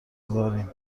داریم